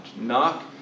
Knock